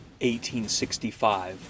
1865